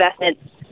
investments